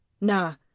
Nah